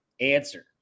answer